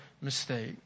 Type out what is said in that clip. mistake